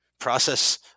process